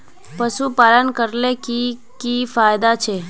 पशुपालन करले की की फायदा छे?